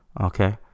okay